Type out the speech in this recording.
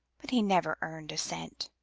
but he never earned a cent.